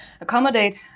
accommodate